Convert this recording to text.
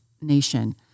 nation